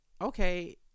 okay